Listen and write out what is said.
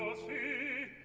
see.